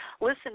listen